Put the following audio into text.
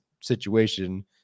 situation